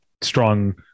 strong